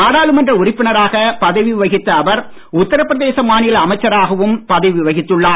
நாடாளுமன்ற உறுப்பினராக பதவி வகித்த அவர் உத்தரபிரதேச மாநில அமைச்சராகவும் பதவி வகித்துள்ளார்